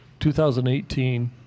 2018